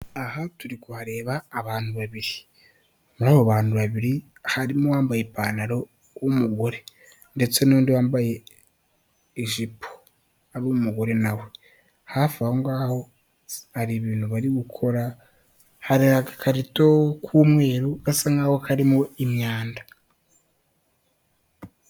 Aha turi kureba abantu babiri muri abo bantu babiri harimo uwambaye ipantaro w'umugore ndetse n'undi wambaye ijipo ari umugore nawe, hafi aho ngaho hari ibintu bari gukora, hari agakarito k'umweru gasa nk'aho karimo imyanda.